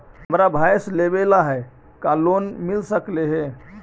हमरा भैस लेबे ल है का लोन मिल सकले हे?